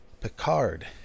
Picard